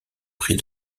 prix